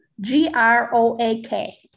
G-R-O-A-K